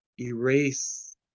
Erase